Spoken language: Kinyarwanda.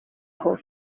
aho